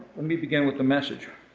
let me begin with a message,